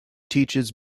teaches